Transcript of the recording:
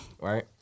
Right